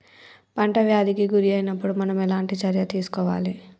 పంట వ్యాధి కి గురి అయినపుడు మనం ఎలాంటి చర్య తీసుకోవాలి?